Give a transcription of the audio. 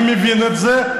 אני מבין את זה,